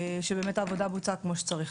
שבאמת העבודה בוצעה כמו שצריך.